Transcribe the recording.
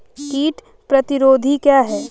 कीट प्रतिरोधी क्या है?